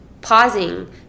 pausing